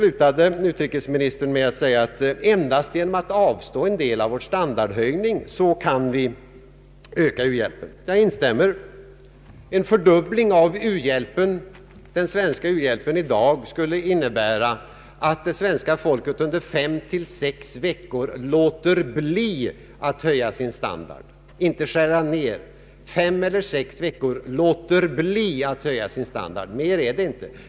Utrikesministern slutade med att säga att vi endast genom att avstå en del av vår standardhöjning kan öka u-hjälpen. Jag instämmer däri. En fördubbling av den svenska u-hjälpen i dag skulle innebära att svenska folket under fem till sex veckor låter bli att höja sin standard — inte skära ned sin standard; mer är det inte.